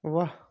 واہ